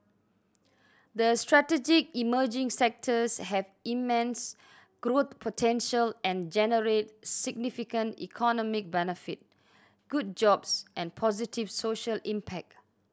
the strategic emerging sectors have immense growth potential and generate significant economic benefit good jobs and positive social impact